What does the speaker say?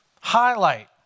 highlight